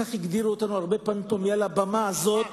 כך הגדירו אותנו הרבה פעמים מעל הבמה הזאת.